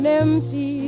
empty